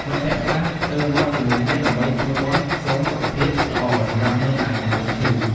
មិត្តភក្តិខ្លះទៅវត្តជាមួយគ្នា ដើម្បីធ្វើបុណ្យសុំសុខភាពល្អសម្រាប់មិត្តដែលកំពុងឈឺ។